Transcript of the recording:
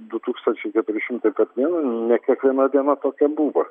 du tūkstančiai keturi šimtai per dieną ne kiekviena diena tokia buvo